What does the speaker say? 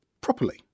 properly